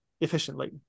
efficiently